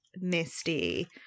Misty